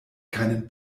keinen